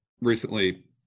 recently